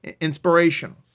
inspirational